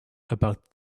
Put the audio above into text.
about